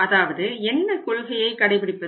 அதாவது என்ன கொள்கையை கடைபிடிப்பது